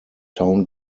town